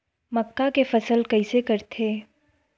मक्का के फसल कइसे करथे?